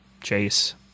chase